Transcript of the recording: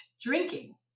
drinking